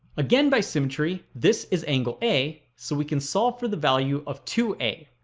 again by symmetry this is angle a so we can solve for the value of two a